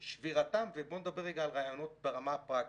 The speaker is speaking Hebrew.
שבירתם, ובוא נדבר על רעיונות ברמה הפרקטית.